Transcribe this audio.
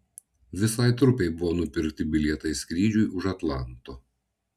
visai trupei buvo nupirkti bilietai skrydžiui už atlanto